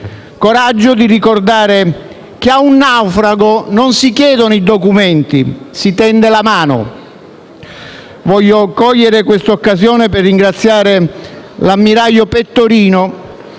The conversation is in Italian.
coraggio di ricordare che a un naufrago non si chiedono i documenti, si tende la mano. Voglio cogliere questa occasione per ringraziare l'ammiraglio Pettorino,